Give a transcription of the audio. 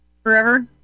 Forever